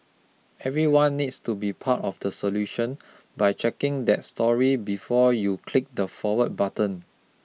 everyone needs to be part of the solution by checking that story before you click the forward button